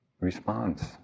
response